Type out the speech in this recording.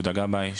יהודה גבאי,